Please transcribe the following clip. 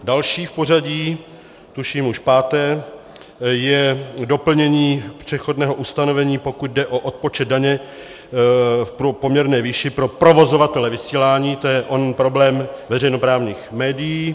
Další v pořadí, tuším už páté, je doplnění přechodného ustanovení, pokud jde o odpočet daně v poměrné výši pro provozovatele vysílání, to je onen problém veřejnoprávních médií.